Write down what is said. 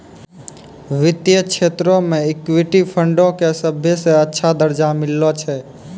वित्तीय क्षेत्रो मे इक्विटी फंडो के सभ्भे से अच्छा दरजा मिललो छै